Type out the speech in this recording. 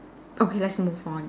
okay let's move on